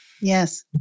Yes